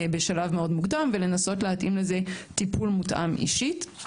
בשלב מאוד מוקדם ולנסות להתאים לזה טיפול מותאם אישית.